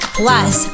plus